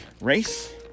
race